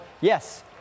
Yes